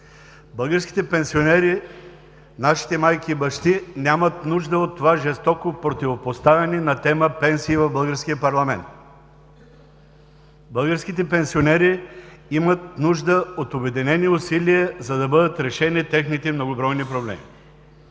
Българските пенсионери, нашите майки и бащи нямат нужда от това жестоко противопоставяне на тема „пенсии“ в българския парламент. Българските пенсионери имат нужда от обединени усилия, за да бъдат решени техните многобройни проблеми.